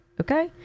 okay